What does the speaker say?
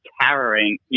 carrying